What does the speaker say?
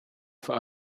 for